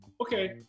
okay